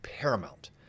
paramount